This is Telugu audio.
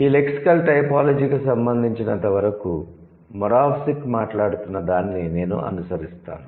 ఈ లెక్సికల్ టైపోలాజీకి సంబంధించినంతవరకు మొరావ్సిక్ మాట్లాడుతున్నదాన్ని నేను అనుసరిస్తాను